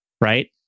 Right